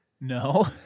No